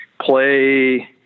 play